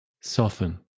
soften